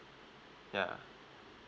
ya